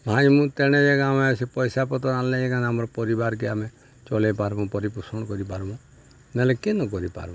ତଣେ ଜାକର୍ ଆମେ ସେ ପଏସା ପତର୍ ଆଣ୍ଲେ ଯେ ଆମର୍ ପରିବାର୍କେ ଆମେ ଚଳେଇ ପାର୍ମୁ ପରିପୋଷଣ୍ କରିପାର୍ମୁ ନହେଲେ କେନ କରିପାର୍ମୁ